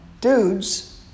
dudes